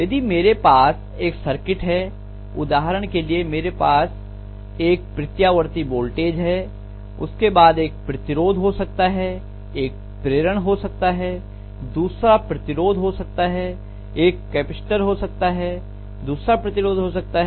यदि मेरे पास एक सर्किट है उदाहरण के लिए मेरे पास एक प्रत्यावर्ती वोल्टेज है उसके बाद एक प्रतिरोध हो सकता है एक प्रेरण हो सकता है दूसरा प्रतिरोध हो सकता है एक कैपेसिटर हो सकता है और दूसरा प्रतिरोध हो सकता है